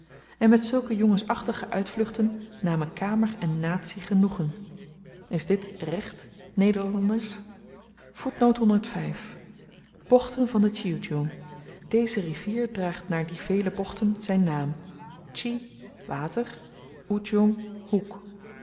en met zulke jongensachtige uitvluchten namen kamer en natie genoegen is dit recht nederlanders bochten van den tjioedjoeng deze rivier draagt naar die vele bochten z'n naam tji water oedjong hoek